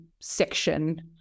section